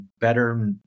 better